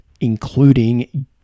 including